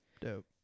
Dope